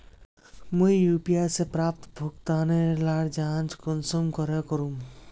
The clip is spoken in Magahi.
मुई यु.पी.आई से प्राप्त भुगतान लार जाँच कुंसम करे करूम?